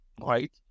right